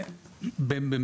אני